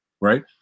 right